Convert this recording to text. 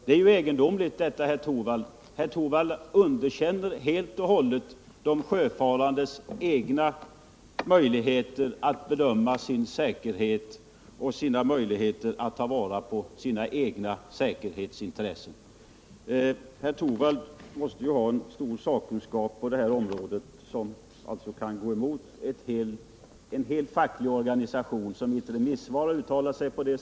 Det är egendomligt — herr Torwald underkänner helt och hållet de sjöfarandes egna möjligheter att bedöma sin säkerhet och ta vara på sina intressen. Han måste ha stor sak kunskap på det här området, när han kan gå emot en hel facklig organisation, som i ett remissyttrande har uttalat sin åsikt.